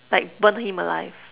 like burn him alive